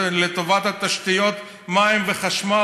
לטובת תשתיות מים וחשמל.